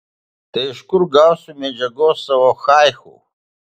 tai iš kur gausiu medžiagos savo haiku